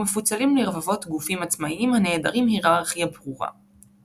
ומפוצלים לרבבות גופים עצמאיים הנעדרים היררכיה ברורה.